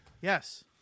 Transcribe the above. Yes